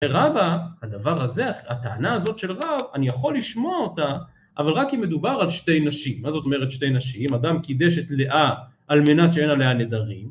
הרבה, הדבר הזה, הטענה הזאת של רב, אני יכול לשמוע אותה, אבל רק אם מדובר על שתי נשים. מה זאת אומרת שתי נשים? אדם קידש את לאה על מנת שאין עליה נדרים